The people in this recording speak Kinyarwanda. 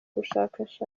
ubushakashatsi